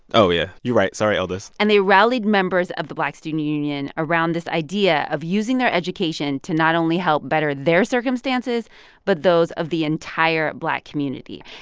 yeah. you're right. sorry, elders and they rallied members of the black student union around this idea of using their education to not only help better their circumstances but those of the entire black community.